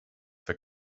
for